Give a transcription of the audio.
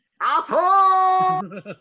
Asshole